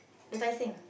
the Tai-Seng